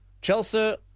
chelsea